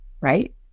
right